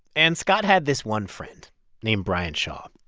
and scott had this one friend named bryan shaw.